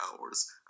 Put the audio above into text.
hours